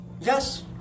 Yes